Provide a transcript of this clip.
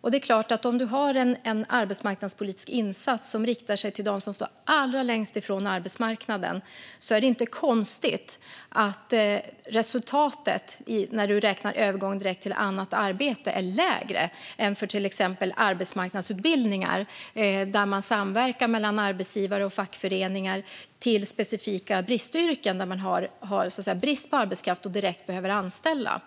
Om vi har en arbetsmarknadspolitisk insats som riktar sig till dem som står allra längst ifrån arbetsmarknaden är det klart att det inte är konstigt att resultatet, när man räknar övergången direkt till annat arbete, är lägre än för till exempel arbetsmarknadsutbildningar där arbetsgivare och fackföreningar samverkar när det gäller specifika bristyrken där man har brist på arbetskraft och behöver anställa